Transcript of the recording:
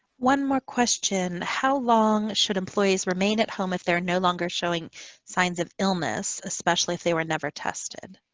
one more question. how long should employees remain at home if they're no longer showing signs of illness, especially if they were never tested?